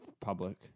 public